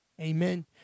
Amen